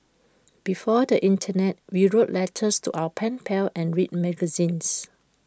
before the Internet we wrote letters to our pen pals and read magazines